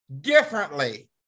differently